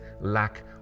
lack